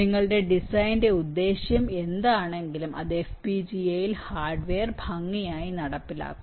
നിങ്ങളുടെ ഡിസൈൻ ഉദ്ദേശ്യം എന്താണെങ്കിലും അത് FPGA യിൽ ഹാർഡ്വെയർ ഭംഗിയായി നടപ്പിലാക്കും